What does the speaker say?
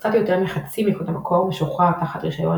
קצת יותר מחצי מקוד המקור משוחרר תחת רישיון